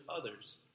others